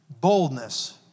boldness